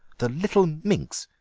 the little minx!